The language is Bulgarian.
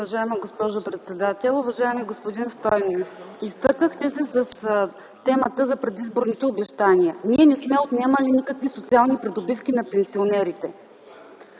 Уважаема госпожо председател! Уважаеми господин Стойнев, изтъркахте се с темата за предизборните обещания. Ние не сме отнемали никакви социални придобивки на пенсионерите.